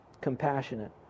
compassionate